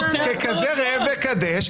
אצטרך לקבל את דבריו ככזה ראה וקדש.